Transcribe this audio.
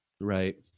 Right